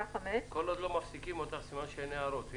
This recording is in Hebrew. כל עוד לא מפסיקים אותך, סימן שאין הערות.